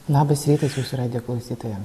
labas rytas jūs radijo klausytojam